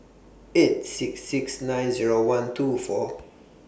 eight six six nine Zero one two four